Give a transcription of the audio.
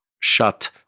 shut